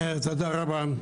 רבה,